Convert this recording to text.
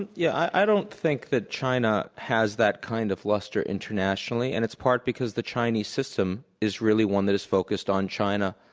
yeah, equal don't think that china has that kind of luster internationally. and it's part because the chinese system is really one that is focused on china,